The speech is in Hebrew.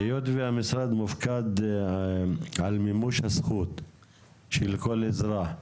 היות והמשרד מופקד על מימוש הזכות של כל אזרח.